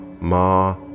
ma